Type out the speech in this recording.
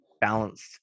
balanced